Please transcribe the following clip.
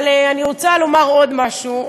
אבל אני רוצה לומר עוד משהו,